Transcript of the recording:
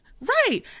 Right